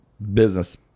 business